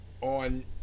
on